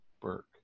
Burke